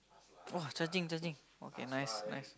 !wah! charging charging okay nice nice